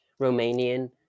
Romanian